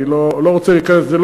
אני לא רוצה להיכנס לזה,